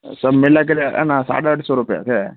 सभु मिलाए करे अ न साढा अठ सौ रुपिया थिया